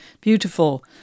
beautiful